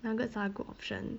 nuggets are a good option